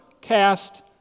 cast